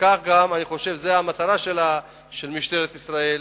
אני חושב שזאת המטרה של משטרת ישראל.